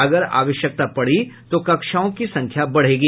अगर आवश्यकता पड़ी तो कक्षाओं की संख्या बढ़ेगी